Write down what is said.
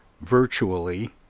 virtually